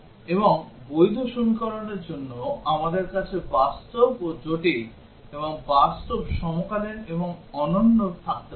এবং বৈধ সমীকরণের জন্য আমাদের কাছে বাস্তব ও জটিল এবং বাস্তব সমকালীন এবং অনন্য থাকতে পারে